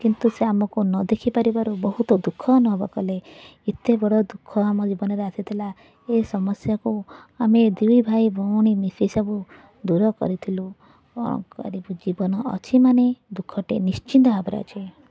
କିନ୍ତୁ ସେ ଆମକୁ ନଦେଖି ପାରିବାରୁ ବହୁତ ଦୁଃଖ ଅନୁଭବ କଲେ ଏତେ ବଡ଼ ଦୁଃଖ ଆମ ଜୀବନରେ ଆସିଥିଲା ଏ ସମସ୍ୟାକୁ ଆମେ ଦୁଇଭାଇଭଉଣୀ ମିଶି ସବୁ ଦୂରକରିଥିଲୁ କ'ଣ କରିବୁ ଜୀବନ ଅଛି ମାନେ ଦୁଃଖଟେ ନିଶ୍ଚିନ୍ତ ଭାବରେ ଅଛି